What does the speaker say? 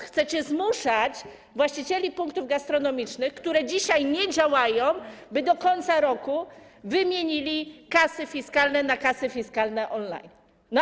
Chcecie zmuszać właścicieli punktów gastronomicznych, które dzisiaj nie działają, by do końca roku wymienili kasy fiskalne na kasy fiskalne on-line.